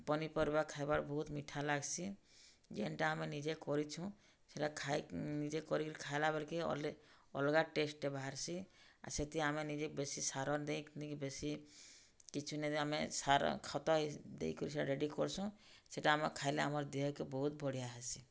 ପନିପରିବା ଖାଇବାର୍ ବହୁତ୍ ମିଠା ଲାଗ୍ସି ଯେନ୍ଟା ଆମେ ନିଜେ କରିଛୁଁ ସେଟା ଖାଇ ନିଜେ କରିକିରି ଖାଏଲା ବେଲ୍କେ ଅଲ୍ଗା ଟେଷ୍ଟ୍ଟେ ବାହାର୍ସି ଆର୍ ସେଥି ଆମେ ନିଜେ ବେଶୀ ସାର୍ ଦେଇନି କି ବେଶୀ କିଛି ନାଇଦେଇ ଆମେ ସାର ଖତ ଦେଇକରି ସେଟା ଟିକେ କରସୁଁ ସେଟା ଆମେ ଖାଏଲେ ଆମର୍ ଦେହେକେ ବହୁତ୍ ବଢ଼ିଆ ହେସି